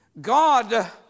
God